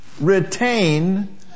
retain